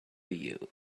you